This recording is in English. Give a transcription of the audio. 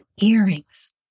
earrings